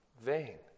vain